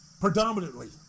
Predominantly